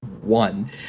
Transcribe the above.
one